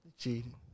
Cheating